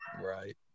Right